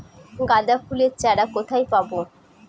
গাঁদা ফুলের চারা কোথায় পাবো?